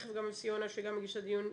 תיכף גם יוסי יונה שגם הגיש את הדיון,